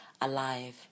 alive